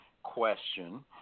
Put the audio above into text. Question